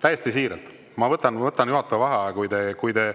Täiesti siiralt! Ma võtan juhataja vaheaja,